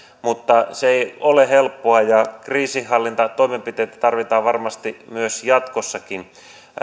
mutta se ei ole helppoa ja kriisinhallintatoimenpiteitä tarvitaan varmasti jatkossakin